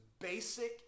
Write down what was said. basic